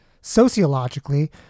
sociologically